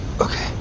Okay